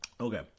Okay